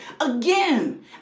again